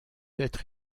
être